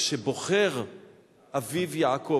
כשבוחר אביו יעקב,